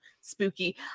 spooky